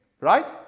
Right